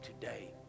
today